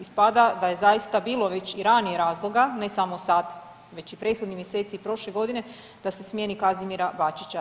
Ispada da je zaista bilo već i ranije razloga ne samo sad već i prethodnih mjeseci i prošle godine da se smjeni Kazimira Bačića.